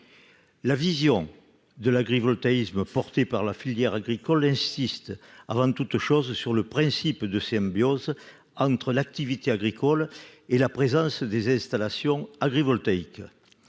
la vision de l'agrivoltaïsme, porté par la filière agricole, insiste : avant toute chose, sur le principe de symbiose entre l'activité agricole et la présence des installations voltaïque